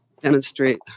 demonstrate